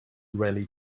really